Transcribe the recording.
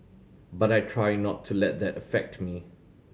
but I try not to let that affect me